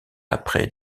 après